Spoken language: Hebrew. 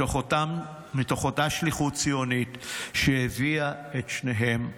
מתוך אותה שליחות ציונית שהביאה את שניהם ארצה.